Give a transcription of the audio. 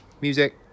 Music